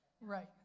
Right